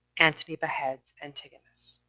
antony beheads antigonus.